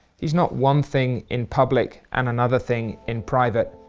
he's not one thing in public and another thing in private.